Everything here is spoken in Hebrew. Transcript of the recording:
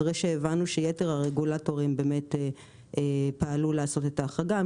אחרי שהבנו שיתר הרגולטורים באמת פעלו לעשות את ההחרגה,